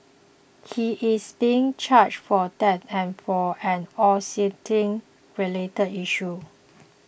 he is being charged for that and for an obscenity related issue